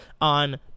on